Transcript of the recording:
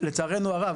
לצערנו הרב,